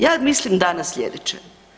Ja mislim danas slijedeće.